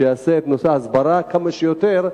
שיעשה בנושא ההסברה כמה שיותר,